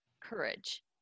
courage